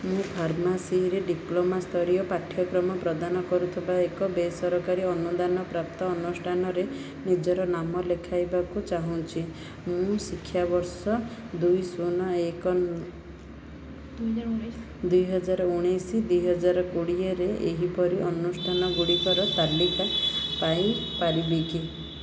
ମୁଁ ଫାର୍ମାସିରେ ଡିପ୍ଲୋମା ସ୍ତରୀୟ ପାଠ୍ୟକ୍ରମ ପ୍ରଦାନ କରୁଥିବା ଏକ ବେସରକାରୀ ଅନୁଦାନ ପ୍ରାପ୍ତ ଅନୁଷ୍ଠାନରେ ନିଜର ନାମ ଲେଖାଇବାକୁ ଚାହୁଁଛି ମୁଁ ଶିକ୍ଷାବର୍ଷ ଦୁଇ ଶୂନ ଏକ ଦୁଇ ହଜାର ଉଣେଇଶହ ଦୁଇ ହଜାର କୋଡ଼ିଏରେ ଏହିପରି ଅନୁଷ୍ଠାନ ଗୁଡ଼ିକର ତାଲିକା ପାଇପାରିବେ କି